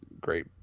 great